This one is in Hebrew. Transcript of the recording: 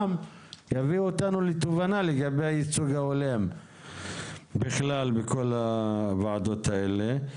גם יביאו אותנו לתובנה לגבי הייצוג ההולם בכלל בכל הוועדות האלה.